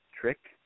Trick